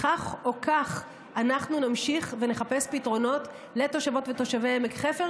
כך או כך אנחנו נמשיך ונחפש פתרונות לתושבות ותושבי עמק חפר,